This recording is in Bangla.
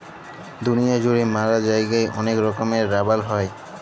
দুলিয়া জুড়ে ম্যালা জায়গায় ওলেক রকমের রাবার হ্যয়